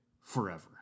forever